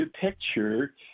picture